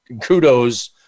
kudos